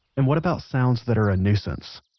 and what about sounds that are a nuisance?